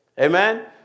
Amen